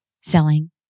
selling